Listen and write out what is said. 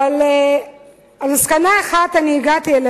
אבל למסקנה אחת הגעתי,